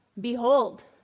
Behold